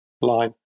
line